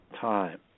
time